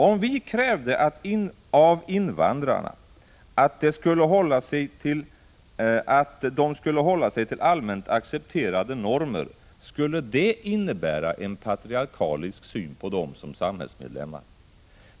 Om vi krävde av invandrarna att de skulle hålla sig till allmänt accepterade normer, skulle det innebära en patriarkalisk syn på dem som samhällsmedlemmar.